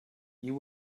you